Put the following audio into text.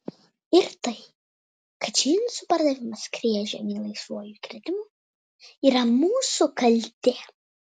ir tai kad džinsų pardavimas skrieja žemyn laisvuoju kritimu yra mūsų kaltė